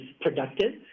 productive